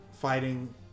fighting